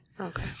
Okay